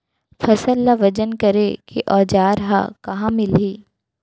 फसल ला वजन करे के औज़ार हा कहाँ मिलही?